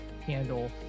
handle